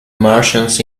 martians